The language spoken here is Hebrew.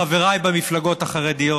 חבריי במפלגות החרדיות.